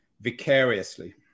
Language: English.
vicariously